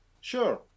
Sure